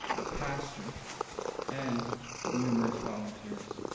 a pastor and numerous volunteers.